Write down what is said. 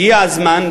הגיע הזמן,